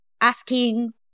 asking